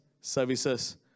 services